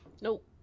Nope